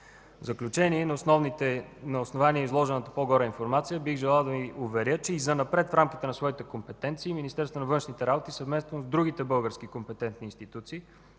В заключение и на основание изложената по-горе информация, бих желал да Ви уверя, че и занапред в рамките на своите компетенции Министерството на външните работи, съвместно с другите български компетентни институции,